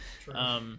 True